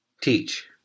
teach